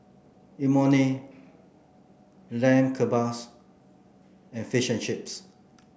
Imoni Lamb Kebabs and Fish and Chips